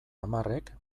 hamarrek